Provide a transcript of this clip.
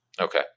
Okay